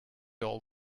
all